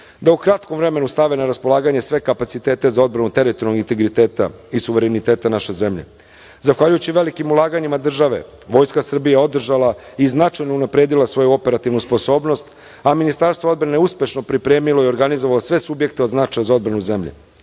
da u kratkom vremenu stave na raspolaganje sve kapacitete za odbranu teritorijalnog integriteta i suvereniteta naše zemlje. Zahvaljujući velikim ulaganjima države, Vojska Srbije je održala i značajno unapredila svoju operativnu sposobnost, a Ministarstvo odbrane uspešno pripremilo i organizovao sve subjekte od značaja za odbranu